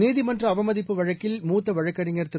நீதிமன்ற அவமதிப்பு வழக்கில் மூத்த வழக்கறிஞர் திரு